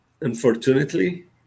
unfortunately